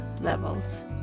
levels